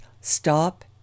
stop